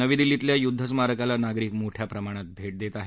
नवी दिल्लीतल्या युद्धस्मारकाला नागरिक मोठ्या प्रमाणात भेट देत आहेत